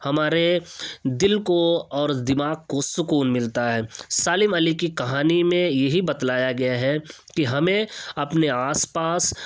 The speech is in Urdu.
ہمارے دل كو اور دماغ کو سكون ملتا ہے سالم علی کی کہانی میں یہی بتلایا گیا ہے کہ ہمیں اپنے آس پاس